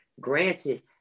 granted